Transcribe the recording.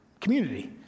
Community